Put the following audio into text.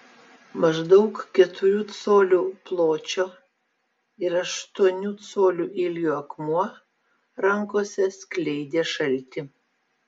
maždaug keturių colių pločio ir aštuonių colių ilgio akmuo rankose skleidė šaltį